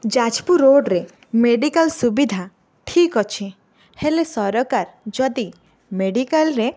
ଯାଜପୁର ରୋଡ଼ରେ ମେଡ଼ିକାଲ ସୁବିଧା ଠିକ୍ ଅଛି ହେଲେ ସରକାର ଯଦି ମେଡ଼ିକାଲରେ